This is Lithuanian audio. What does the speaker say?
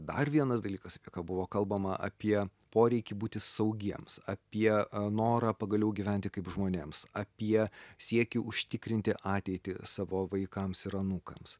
dar vienas dalykas apie ką buvo kalbama apie poreikį būti saugiems apie norą pagaliau gyventi kaip žmonėms apie siekį užtikrinti ateitį savo vaikams ir anūkams